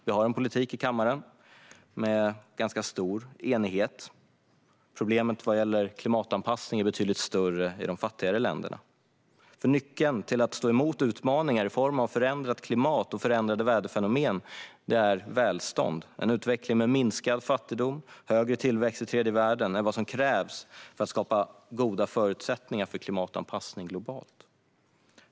Vi har en politik i kammaren med ganska stor enighet. Problemet vad gäller klimatanpassning är betydligt större i de fattigare länderna. Nyckeln till att stå emot utmaningar i form av förändrat klimat och väderfenomen är nämligen välstånd. En utveckling med minskad fattigdom och högre tillväxt i tredje världen är vad som krävs för att skapa goda förutsättningar för klimatanpassning globalt.